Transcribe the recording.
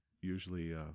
usually